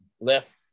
left